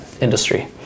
industry